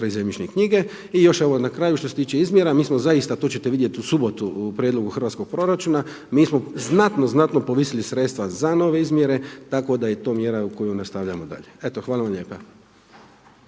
i zemljišne knjige. I još na kraju što se tiče izmjera, mi smo zaista to ćete vidjeti u subotu u prijedlogu hrvatskog proračuna, mi smo znatno, znatno povisili sredstva za nove izmjere tako da je to mjera koju nastavljamo dalje. Hvala vam lijepa.